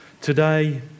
Today